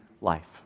life